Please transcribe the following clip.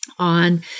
on